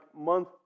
month